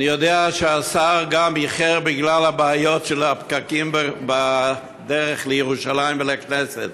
אני יודע שהשר גם איחר בגלל הבעיות של הפקקים בדרך לירושלים ולכנסת.